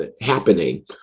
happening